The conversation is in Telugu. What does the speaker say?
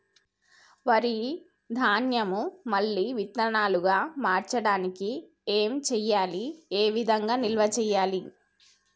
వరి ధాన్యము మళ్ళీ విత్తనాలు గా మార్చడానికి ఏం చేయాలి ఏ విధంగా నిల్వ చేయాలి?